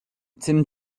tim